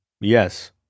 Yes